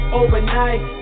overnight